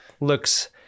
looks